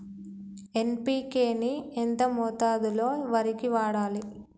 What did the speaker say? NPK ని ఎంత మోతాదులో వరికి వాడాలి?